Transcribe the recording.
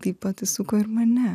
taip pat įsuko ir mane